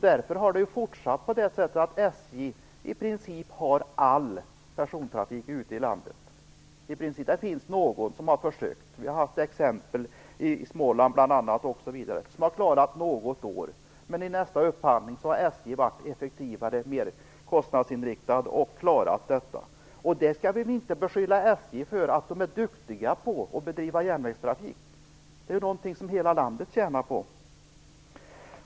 Därför har det fortsatt på det sättet att SJ i princip har all persontrafik ute i landet. Det finns någon som har försökt: Vi har haft exempel i Småland bl.a. som har klarat något år, men i nästa upphandling har SJ varit effektivare och mer kostnadsinriktat och klarat detta. Vi skall inte beskylla SJ för att de är duktiga på att bedriva järnvägstrafik. Det är ju någonting som hela landet tjänar på.